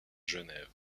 genève